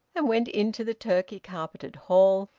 and went into the turkey-carpeted hall,